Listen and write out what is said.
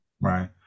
Right